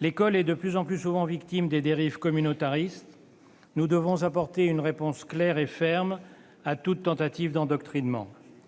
L'école est de plus en plus souvent victime des dérives communautaristes. Nous devons apporter une réponse claire et ferme à toute tentative d'endoctrinement.